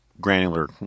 granular